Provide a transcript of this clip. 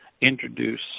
introduce